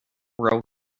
row